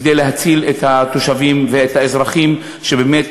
כדי להציל את התושבים ואת האזרחים שבאמת